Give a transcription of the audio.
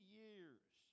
years